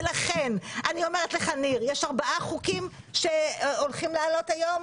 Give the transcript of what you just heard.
לכן ניר, יש ארבעה חוקים שהולכים לעלות היום.